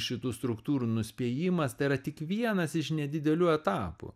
šitų struktūrų nuspėjimas tai yra tik vienas iš nedidelių etapų